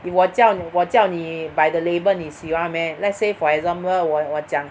if 我叫你我叫你 by the label 你喜欢 meh let's say for example 我我讲